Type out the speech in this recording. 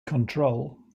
control